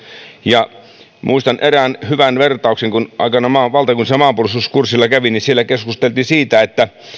ja muistan erään hyvän vertauksen kun aikanaan valtakunnallisella maanpuolustuskurssilla kävin siellä keskusteltiin siitä